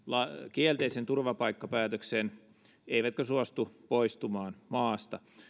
kielteisen turvapaikkapäätöksen eivätkä suostu poistumaan maasta